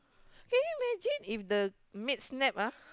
can you imagine if the maid snap ah